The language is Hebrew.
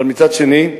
אבל מצד שני,